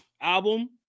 album